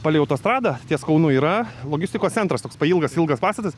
palei autostradą ties kaunu yra logistikos centras toks pailgas ilgas pastatas